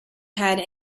had